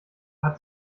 hat